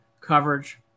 coverage